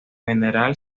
general